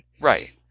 Right